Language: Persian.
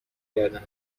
کردن